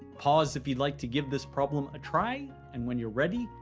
pause if you'd like to give this problem a try, and when you're ready,